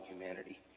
humanity